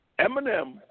Eminem